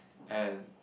and